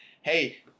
Hey